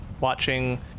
watching